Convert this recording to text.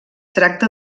tracta